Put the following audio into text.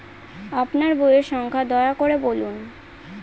আপনার বইয়ের সংখ্যা দয়া করে বলুন?